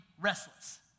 restless